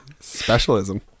Specialism